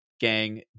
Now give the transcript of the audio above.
gang